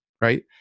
right